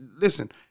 listen